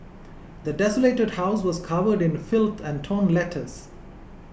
the desolated house was covered in filth and torn letters